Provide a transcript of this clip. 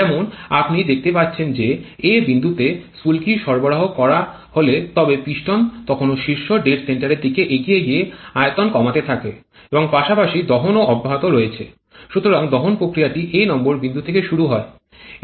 যেমন আপনি দেখতে পাচ্ছেন যে a বিন্দুতে স্ফুলকি সরবরাহ করা হলে তবে পিস্টন তখনও শীর্ষ ডেড সেন্টারের দিকে এগিয়ে গিয়ে আয়তন কমাতে থাকে এবং পাশাপাশি দহনও অব্যাহত রয়েছে সুতরাং দহন প্রক্রিয়াটি a নম্বর বিন্দু থেকে শুরু হয়